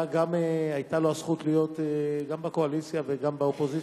שהיתה לו הזכות להיות גם בקואליציה וגם באופוזיציה,